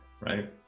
right